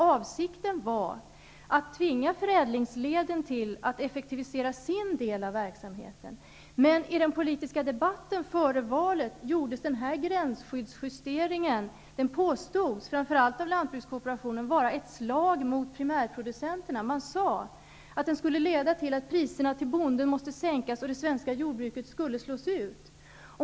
Avsikten var att tvinga förädlingsleden till att effektivisera sin del av verksamheten, men i den politiska debatten före valet påstods den här gränsskyddsjusteringen, framför allt av lantbrukskooperationen, vara ett slag mot primärproducenterna. Man sade att den skulle leda till att priserna till bonden måste sänkas och att det svenska jordbruket skulle slås ut.